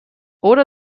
oder